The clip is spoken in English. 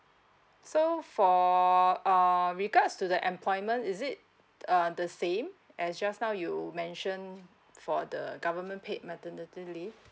so for err regards to the employment is it uh the same as just now you mention for the government paid maternity leave